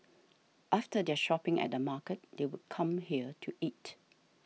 after their shopping at the market they would come here to eat